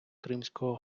кримського